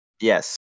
Yes